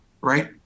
right